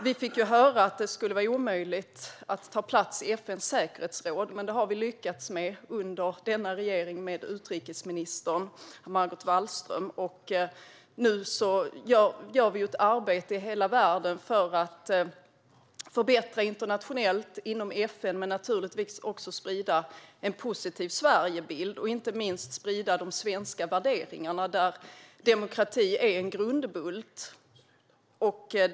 Vi fick höra att det skulle vara omöjligt att ta plats i FN:s säkerhetsråd, men det har vi lyckats med under denna regering och utrikesminister Margot Wallström. Nu bedriver vi ett arbete i hela världen för att både förbättra internationellt, inom FN, och sprida en positiv Sverigebild - och inte minst sprida de svenska värderingarna, där demokrati är en grundbult.